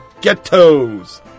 ghettos